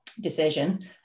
decision